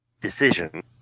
decision